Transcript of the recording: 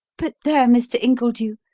but, there, mr. ingledew,